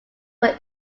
were